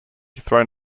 thrown